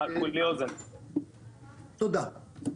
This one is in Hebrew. תודה.